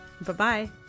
Bye-bye